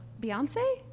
Beyonce